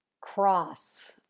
cross